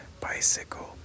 bicycle